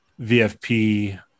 VFP